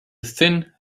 thin